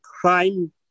crime